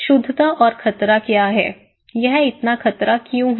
शुद्धता और खतरा क्या है यह इतना खतरा क्यों है